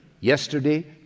yesterday